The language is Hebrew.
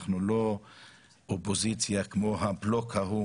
אנחנו לא אופוזיציה כמו הבלוק ההוא